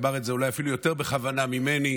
אמר את זה אולי אפילו יותר בכוונה ממני,